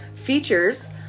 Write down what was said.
features